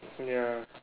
ya